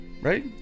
right